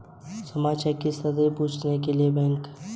Shyam cheque की स्थिति के पूछताछ के लिए बैंक जा रहा है